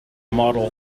model